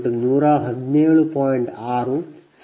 6 ಸರಿಯಾದ ಪರಿಹಾರವಾಗಿದೆ